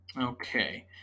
okay